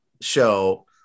show